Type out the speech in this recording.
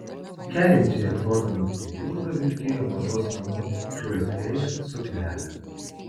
kerinčiai atrodanti jurga vilkėjo mados namų tiulio fėja suknelę